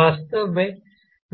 वास्तव में